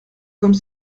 comme